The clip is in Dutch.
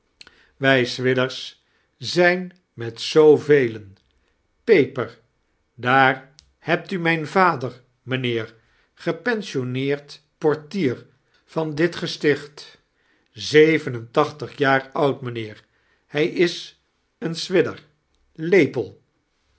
wij swidgers zijn met zoo velein peper daar hebt u mijn vader mijnheer gepensionneerd portier van dit gestioht zeven en tachtig jaar oud mijnheer hij is een swidger lepel